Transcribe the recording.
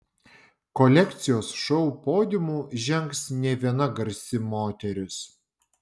kolekcijos šou podiumu žengs ne viena garsi moteris